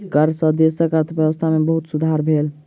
कर सॅ देशक अर्थव्यवस्था में बहुत सुधार भेल